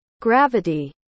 gravity